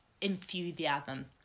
enthusiasm